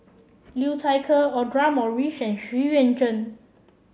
Liu Thai Ker Audra Morrice and Xu Yuan Zhen